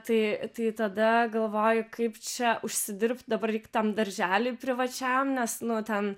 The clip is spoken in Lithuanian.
tai tai tada galvoju kaip čia užsidirbt dabar reik tam darželiui privačiam nes nu ten